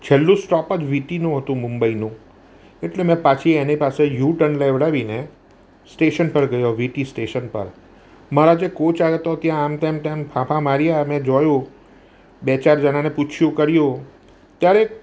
છેલ્લું સ્ટોપ જ વિટીનું હતું મુંબઇનું એટલે મેં પાછી એની પાસે યુ ટર્ન લેવડાવીને સ્ટેશન પર ગયો વિટી સ્ટેશન પર મારા જે કોચ આવ્યો હતો ત્યાં આમ તેમ ફાંફા માર્યા મેં જોયું બે ચાર જણાને પૂછ્યું કર્યું ત્યારે